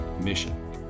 mission